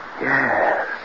Yes